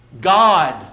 God